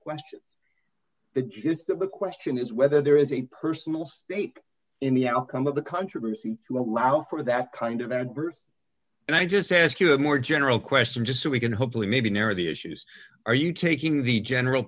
questions the gist of the question is whether there is a personal stake in the outcome of the controversy to allow for that kind of adverse and i just ask you a more general question just so we can hopefully maybe narrow the issues are you taking the general